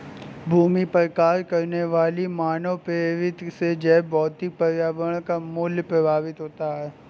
भूमि पर कार्य करने वाली मानवप्रेरित से जैवभौतिक पर्यावरण का मूल्य प्रभावित होता है